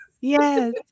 Yes